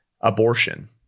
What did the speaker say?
abortion